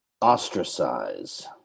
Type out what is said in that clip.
Ostracize